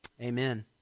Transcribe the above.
Amen